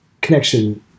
connection